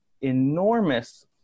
enormous